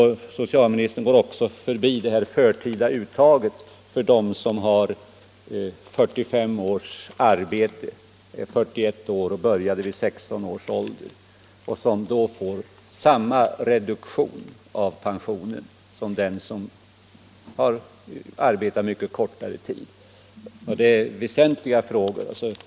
Men socialministern går också förbi det förtida uttaget för dem som har 45 års arbete — de som är 61 år och började arbeta vid 16 års ålder — och som då får samma reduktion av pensionen som de som har arbetat under mycket kortare tid. Detta är väsentliga frågor.